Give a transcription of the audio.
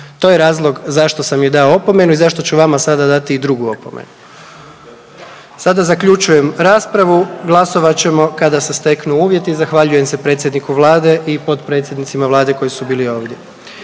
To je razlog zašto sam joj dao opomenu i zašto ću vama sada dati i drugu opomenu. Sada zaključujem raspravu, glasovat ćemo kada se steknu uvjeti. Zahvaljujem se predsjedniku vlade i potpredsjednicima vlade koji su bili ovdje.